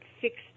fixed